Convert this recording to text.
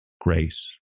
grace